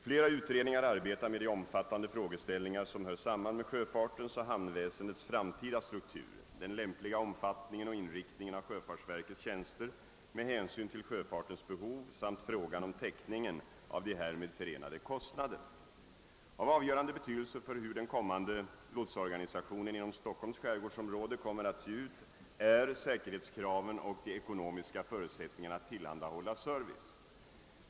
Flera utredningar arbetar med de omfattande frågeställningar som hör samman med sjöfartens och hamnväsendets framtida struktur, den lämpliga omfattningen och inriktningen av sjöfartsverkets tjänster med hänsyn till sjöfartens behov samt frågan om täckningen av de härmed förenade kostnaderna. Av avgörande betydelse för hur den kommande = lotsorganisationen inom Stockholms skärgårdsområde kommer att se ut är säkerhetskraven och de ekonomiska förutsättningarna att tillhandahålla service.